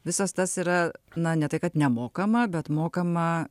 visas tas yra na ne tai kad nemokama bet mokama